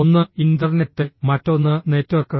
ഒന്ന് ഇന്റർനെറ്റ് മറ്റൊന്ന് നെറ്റ്വർക്ക്